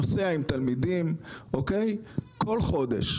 נוסע עם תלמידים כל חודש,